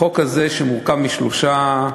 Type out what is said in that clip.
החוק הזה מורכב משלושה,